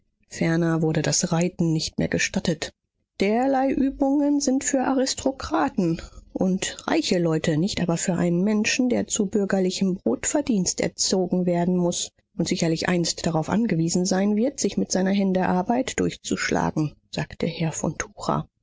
ferner wurde das reiten nicht mehr gestattet derlei übungen sind für aristokraten und reiche leute nicht aber für einen menschen der zu bürgerlichem brotverdienst erzogen werden muß und sicherlich einst darauf angewiesen sein wird sich mit seiner hände arbeit durchzuschlagen sagte herr von